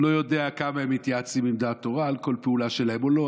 אני לא יודע כמה הם מתייעצים עם דעת תורה על כל פעולה שלהם או לא,